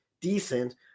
decent